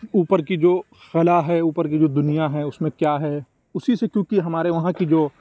اوپر کی جو خلا ہے اوپر کی جو دنیا ہے اس میں کیا ہے اسی سے کیوں کہ ہمارے وہاں کی جو